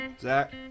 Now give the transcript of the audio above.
Zach